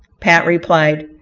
pat replied,